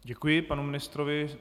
Děkuji panu ministrovi.